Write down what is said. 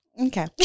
Okay